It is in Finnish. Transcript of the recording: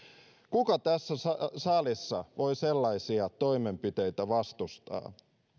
kuka tässä salissa voi sellaisia toimenpiteitä vastustaa